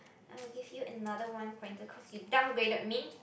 I'll give you another one pointer cause you down graded me